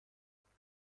دقیقه